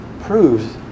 proves